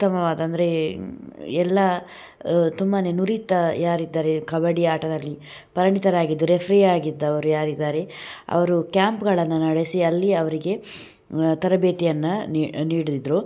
ಉತ್ತಮವಾದ ಅಂದರೆ ಎಲ್ಲಾ ತುಂಬಾ ನುರಿತ ಯಾರಿದ್ದಾರೆ ಕಬಡ್ಡಿ ಆಟದಲ್ಲಿ ಪರಿಣಿತರಾಗಿದ್ದು ರೆಫ್ರೀಯಾಗಿದ್ದವರು ಯಾರಿದ್ದಾರೆ ಅವರು ಕ್ಯಾಂಪ್ಗಳನ್ನು ನಡೆಸಿ ಅಲ್ಲಿ ಅವರಿಗೆ ತರಬೇತಿಯನ್ನು ನೀಡಿದರು